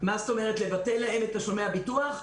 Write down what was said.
מה זאת אומרת, לבטל להם את תשלומי הביטוח?